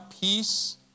peace